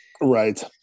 right